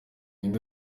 nde